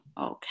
Okay